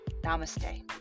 Namaste